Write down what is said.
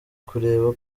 kureba